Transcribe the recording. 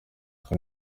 kuri